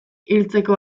hiltzeko